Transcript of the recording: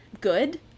good